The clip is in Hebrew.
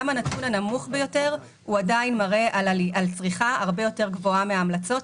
גם הנתון הנמוך ביותר עדיין מראה על צריכה הרבה יותר גבוהה מן ההמלצות,